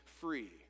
free